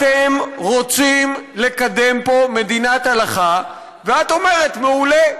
אתם רוצים לקדם פה מדינת הלכה ואת אומרת, מעולה.